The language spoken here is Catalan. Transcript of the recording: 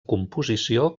composició